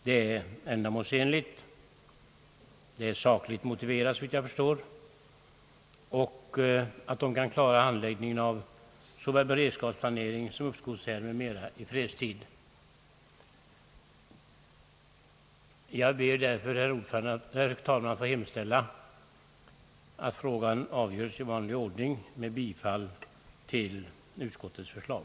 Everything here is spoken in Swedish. Det är ändamålsenligt och såvitt jag förstår sakligt motiverat att förvaltningskontoret klarar handläggningen av såväl beredskapsplanering som uppskovsärenden m.m. i fredstid. Därför ber jag, herr talman, att få hemställa att frågan avgörs i vanlig ordning, och jag yrkar bifall till utskottets förslag.